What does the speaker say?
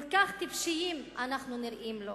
כל כך טיפשיים אנחנו נראים לו,